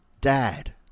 Dad